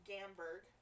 Gamberg